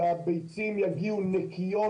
שהביצים יגיעו נקיות,